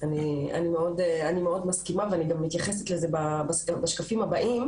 אני מאוד מסכימה ואני גם ממתייחסת לזה בשקפים הבאים.